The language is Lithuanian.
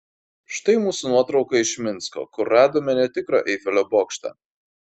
štai mūsų nuotrauka iš minsko kur radome netikrą eifelio bokštą